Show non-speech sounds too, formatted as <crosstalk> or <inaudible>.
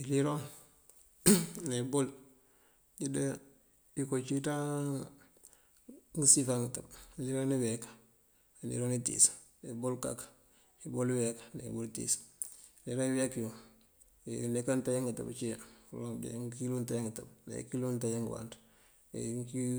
Iliroŋ <noise> ne ebol yokoo acíiţañ: <unintelligible> iliroŋ iyek, iliroŋ itíis, ebol kak, ebol yek, ebol itíis. Iliroŋ iyeek yun: ineekan ngëëntáajá ngëëtëb ací, ngëloŋ ucí ngëënkilo ngëëntáajá ngëëtëb, ne ngëënkilo ngëëntáajá ngëëwanţ.